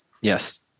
yes